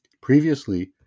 Previously